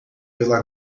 pela